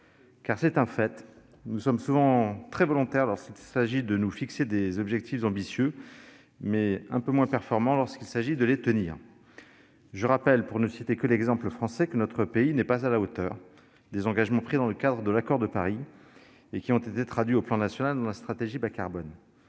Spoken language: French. Il est un fait que si nous sommes souvent très volontaires quand il s'agit de nous fixer des objectifs ambitieux, nous sommes un peu moins performants lorsqu'il s'agit de les tenir. Je rappelle, pour ne citer que l'exemple français, que notre pays n'est pas à la hauteur des engagements pris dans le cadre de l'accord de Paris, engagements qui ont été traduits au plan national par la stratégie bas-carbone.